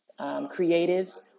creatives